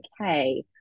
okay